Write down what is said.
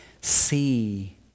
see